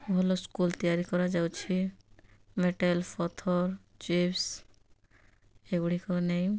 ଭଲ ସ୍କୁଲ୍ ତିଆରି କରାଯାଉଛି ମେଟାଲ୍ ପଥର ଚିପ୍ସ ଏଗୁଡ଼ିକୁ ନେଇ